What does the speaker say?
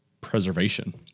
preservation